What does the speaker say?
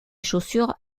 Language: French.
chaussures